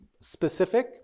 specific